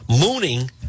mooning